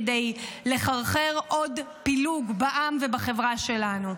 כדי לחרחר עוד פילוג בעם ובחברה שלנו.